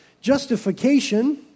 Justification